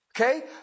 Okay